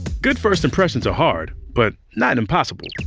good first impressions are hard, but not impossible.